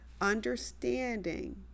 understanding